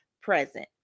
present